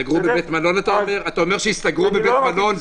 אז שיסתגרו בבית מלון?